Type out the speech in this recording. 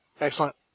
Excellent